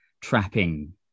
trapping